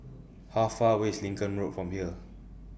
How Far away IS Lincoln Road from here